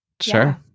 Sure